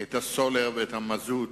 את הסולר ואת המזוט